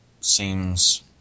seems